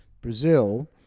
Brazil